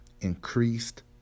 increased